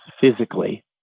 physically